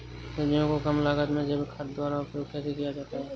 सब्जियों को कम लागत में जैविक खाद द्वारा उपयोग कैसे किया जाता है?